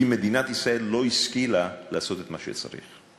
כי מדינת ישראל לא השכילה לעשות את מה שצריך.